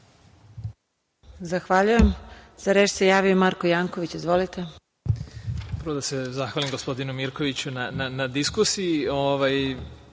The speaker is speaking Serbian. Zahvaljujem.Za reč se javio Marko Janković. Izvolite.